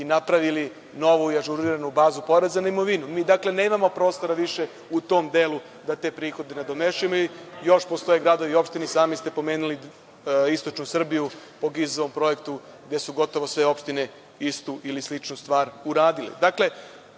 i napravili novu i ažuriranu bazu poreza na imovinu. Mi dakle, nemamo prostora više u tom delu da te prihode nadomestimo. Postoje još gradovi i opštine, a i sami ste pomenuli, istočnu Srbiju da su gotovo sve opštine istu ili sličnu stvar uradile.